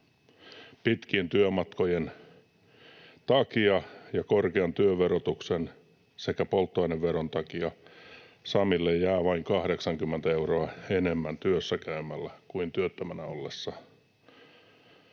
Pitkien työmatkojen takia ja korkean työn verotuksen sekä polttoaineveron takia Samille jää vain 80 euroa enemmän työssä käymällä kuin työttömänä ollessaan